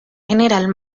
general